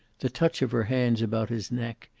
the touch of her hands about his neck,